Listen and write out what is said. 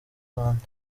rwanda